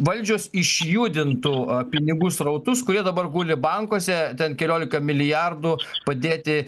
valdžios išjudintų pinigų srautus kurie dabar guli bankuose ten keliolika milijardų padėti